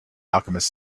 alchemist